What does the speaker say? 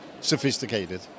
sophisticated